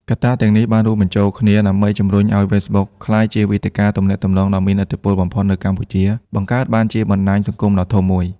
កត្តាទាំងនេះបានរួមបញ្ចូលគ្នាដើម្បីជំរុញឲ្យ Facebook ក្លាយជាវេទិកាទំនាក់ទំនងដ៏មានឥទ្ធិពលបំផុតនៅកម្ពុជា បង្កើតបានជាបណ្តាញសង្គមដ៏ធំមួយ។